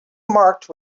marked